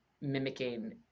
mimicking